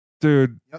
Dude